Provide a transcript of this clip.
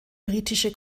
britische